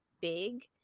big